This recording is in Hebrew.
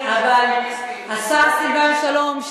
השר סילבן שלום,